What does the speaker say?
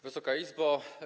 Wysoka Izbo!